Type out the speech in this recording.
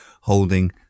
Holding